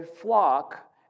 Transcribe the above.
flock